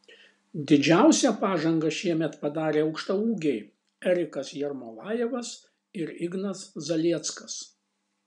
didžiausią pažangą šiemet padarė aukštaūgiai erikas jermolajevas ir ignas zalieckas